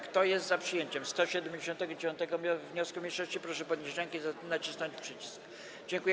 Kto jest za przyjęciem 179. wniosku mniejszości, proszę podnieść rękę i nacisnąć przycisk.